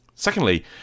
Secondly